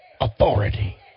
authority